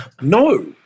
No